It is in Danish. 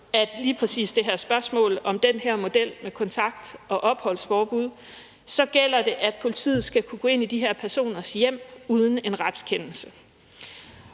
af lige præcis spørgsmålet om den her model med kontakt- og opholdsforbud gælder det, at politiet skal kunne gå ind i de her personers hjem uden en retskendelse.